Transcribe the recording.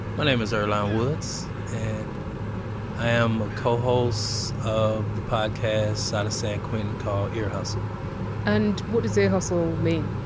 my name is earlonne woods and i am a co-host of the podcast out of san quentin called ear hustle and what does! ear hustle! mean?